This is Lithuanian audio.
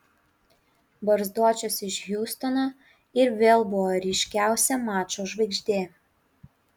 barzdočius iš hjustono ir vėl buvo ryškiausia mačo žvaigždė